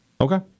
Okay